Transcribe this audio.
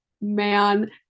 man